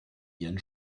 ihren